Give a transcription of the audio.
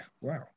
Wow